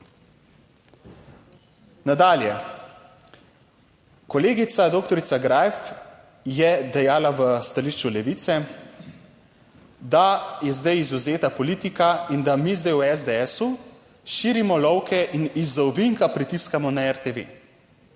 kolegica, doktorica Greif je dejala v stališču Levice, da je zdaj izvzeta politika in da mi zdaj v SDS širimo lovke in iz ovinka pritiskamo na RTV